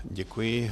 Děkuji.